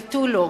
ותו-לא.